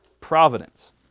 providence